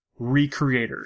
Recreators